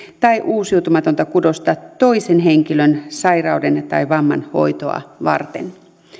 tai uusiutumatonta kudosta toisen henkilön sairauden tai vamman hoitoa varten